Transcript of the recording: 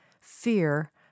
fear